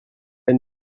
elle